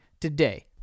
today